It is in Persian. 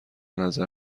نظر